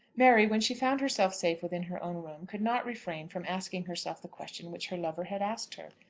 mary, when she found herself safe within her own room, could not refrain from asking herself the question which her lover had asked her.